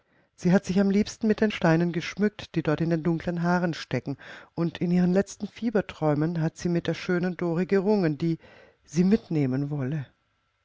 sie hat sich am liebsten mit den steinen geschmückt die dort in den dunklen haaren stecken und in ihren letzten fieberträumen hat sie mit der schönen dore gerungen die sie mitnehmen wolle